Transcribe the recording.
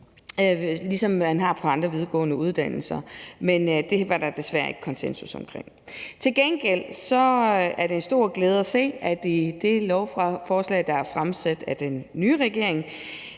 ligesom man har på andre videregående uddannelser, men det var der desværre ikke konsensus om. Til gengæld er det en stor glæde at se, at i det lovforslag, der er fremsat af den nye regering,